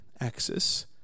axis